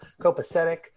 copacetic